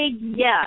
yes